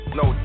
no